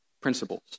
principles